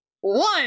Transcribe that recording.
One